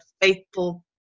faithful